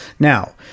Now